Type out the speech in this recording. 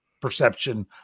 perception